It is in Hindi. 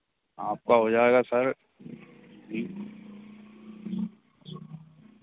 आपका हो जाएगा सर